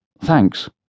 Thanks